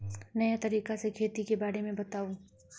नया तरीका से खेती के बारे में बताऊं?